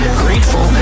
grateful